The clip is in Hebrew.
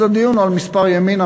אז הדיון הוא על מספר ימינה,